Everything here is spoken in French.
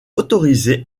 autorisés